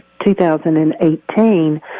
2018